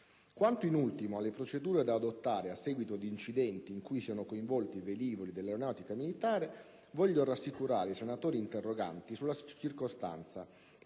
Quanto, in ultimo, alle procedure da adottare a seguito di incidenti in cui siano coinvolti velivoli dell'aeronautica militare, voglio rassicurare i senatori interroganti sulla circostanza